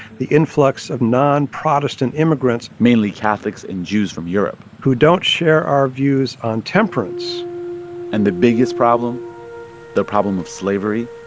the influx of non-protestant immigrants. mainly catholics and jews from europe. who don't share our views on temperance and the biggest problem the problem of slavery